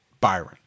Byron